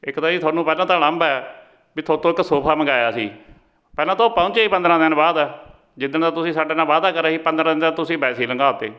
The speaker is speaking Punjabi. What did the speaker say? ਇੱਕ ਤਾਂ ਜੀ ਤੁਹਾਨੂੰ ਪਹਿਲਾਂ ਤਾਂ ਉਲਾਂਭਾ ਹੈ ਵੀ ਥੋਤੋਂ ਇੱਕ ਸੋਫਾ ਮੰਗਵਾਇਆ ਸੀ ਪਹਿਲਾਂ ਤਾਂ ਉਹ ਪਹੁੰਚਿਆ ਹੀ ਪੰਦਰਾਂ ਦਿਨ ਬਾਅਦ ਹੈ ਜਿੱਦਣ ਦਾ ਤੁਸੀਂ ਸਾਡੇ ਨਾਲ ਵਾਅਦਾ ਕਰਿਆ ਸੀ ਪੰਦਰਾਂ ਦਿਨ ਤੁਸੀਂ ਵੈਸੇ ਹੀ ਲੰਘਾ ਤੇ